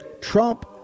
Trump